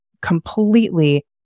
completely